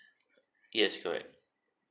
yes correct